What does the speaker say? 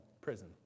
prison